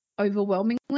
overwhelmingly